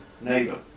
neighbor